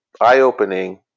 eye-opening